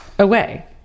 away